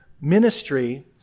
ministry